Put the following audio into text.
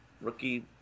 rookie